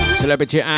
celebrity